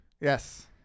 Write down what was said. Yes